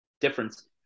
difference